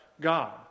God